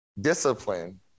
Discipline